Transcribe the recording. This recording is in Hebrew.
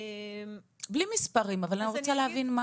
בלי מספרים, אבל אני רוצה להבין.